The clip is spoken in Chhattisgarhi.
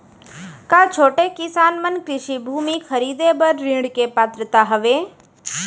का छोटे किसान मन कृषि भूमि खरीदे बर ऋण के पात्र हवे?